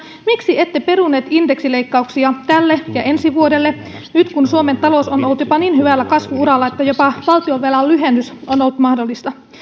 miksi ette peruneet indeksileikkauksia tälle ja ensi vuodelle nyt kun suomen talous on ollut jopa niin hyvällä kasvu uralla että jopa valtionvelan lyhennys on ollut mahdollista